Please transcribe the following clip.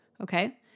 okay